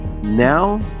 now